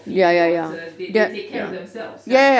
or feed the otters they they take care of themselves kan